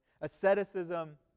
Asceticism